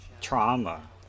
trauma